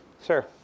sir